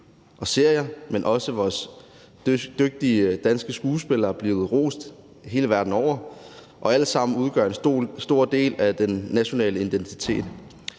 og serier, men også vores dygtige danske skuespillere, er blevet rost hele verden over, og det udgør alt sammen en stor del af den nationale identitet.